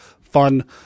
fun